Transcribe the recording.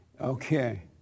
Okay